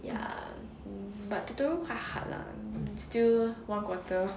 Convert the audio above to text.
ya mm totoro quite hard lah still one quarter